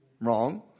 Wrong